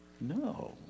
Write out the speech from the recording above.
No